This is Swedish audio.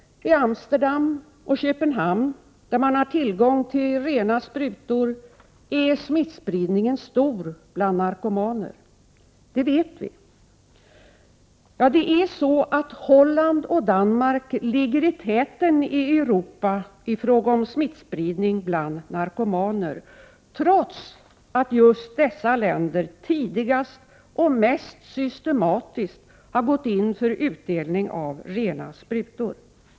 I Amsterdam och Köpenhamn, där man har tillgång till rena sprutor, är smittspridningen stor bland narkomaner. Det vet vi. Ja, det är så att Holland och Danmark ligger i täten i Europa i fråga om smittspridning bland narkomaner, trots att just dessa länder tidigast och mest systematiskt gått in för utdelning av rena sprutor.